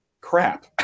crap